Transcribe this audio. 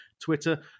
Twitter